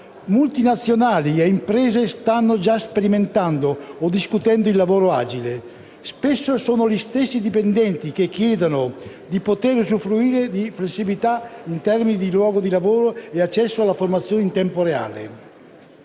Multinazionali e imprese stanno già sperimentando o discutendo il lavoro agile. Spesso sono gli stessi dipendenti che chiedono di poter usufruire di flessibilità in termini di luogo dì lavoro e accesso alla formazione in tempo reale.